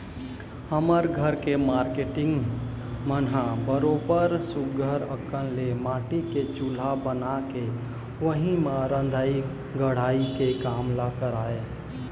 हमर घर के मारकेटिंग मन ह बरोबर सुग्घर अंकन ले माटी के चूल्हा बना के उही म रंधई गड़हई के काम ल करय